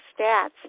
stats